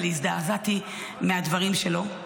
אבל הזדעזעתי מהדברים שלו.